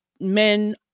men